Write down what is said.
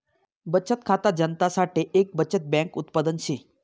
बचत खाता जनता साठे एक बचत बैंक उत्पादन शे